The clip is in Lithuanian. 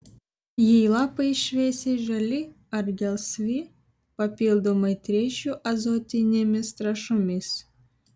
jei lapai šviesiai žali ar gelsvi papildomai tręšiu azotinėmis trąšomis